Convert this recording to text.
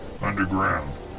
underground